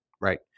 right